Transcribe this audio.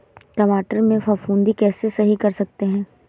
टमाटर से फफूंदी कैसे सही कर सकते हैं?